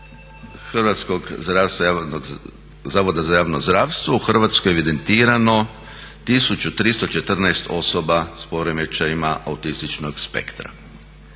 Hrvatskog zavoda za javno zdravstvo u Hrvatskoj je evidentirano 1314 osoba sa poremećajima autističnog spektra.